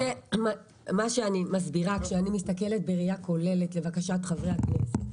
כשאני מסתכלת בראייה כוללת לבקשת חברי הכנסת,